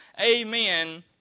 amen